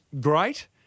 great